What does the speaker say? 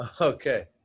Okay